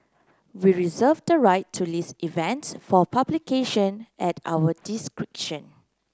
we reserve the right to list events for publication at our